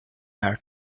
her